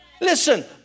Listen